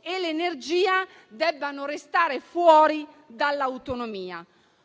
e l'energia debbano restare fuori dall'autonomia.